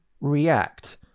react